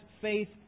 faith